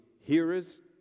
hearers